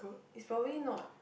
is probably not